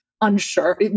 unsure